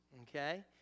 Okay